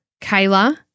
Kayla